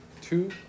Two